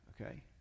okay